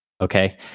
okay